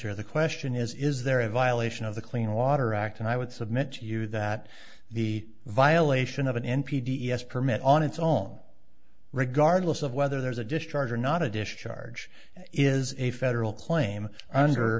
or the question is is there a violation of the clean water act and i would submit you that the violation of an n p t s permit on its own regardless of whether there's a discharge or not a dish charge is a federal claim under